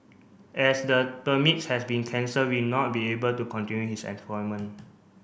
as the permits has been cancelled we not be able to continue his employment